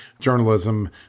journalism